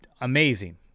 amazing